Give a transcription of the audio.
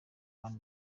one